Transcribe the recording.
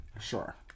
Sure